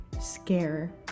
scare